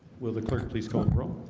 will the clerk, please call roll